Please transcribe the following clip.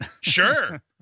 Sure